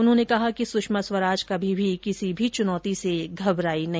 उन्होंने कहा कि सुषमा स्वराज कभी भी किसी भी चुनौती से घबराई नहीं